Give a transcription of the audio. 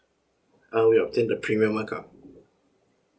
uh we obtained the premium account